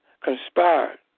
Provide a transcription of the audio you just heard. conspired